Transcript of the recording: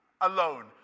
alone